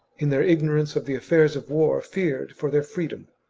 in their ignorance of the affairs of war, feared for their freedom.